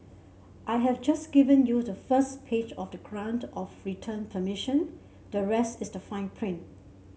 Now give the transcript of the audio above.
I have just given you the first page of the grant of return permission the rest is the fine print